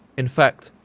in fact,